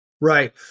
Right